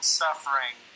suffering